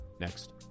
next